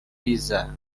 visa